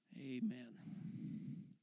Amen